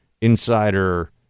insider